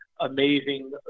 amazing